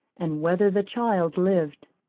and whether the child lived.